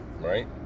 right